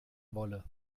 wolle